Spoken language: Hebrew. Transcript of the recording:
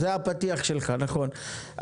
זה הפתיח שלך, נכון.